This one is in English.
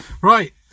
Right